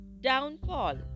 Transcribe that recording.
downfall